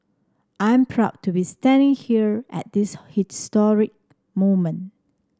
I'm proud to be standing here at this historic moment